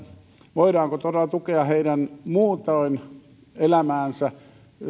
voidaanko todella tukea muutoin heidän elämäänsä